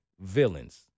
villains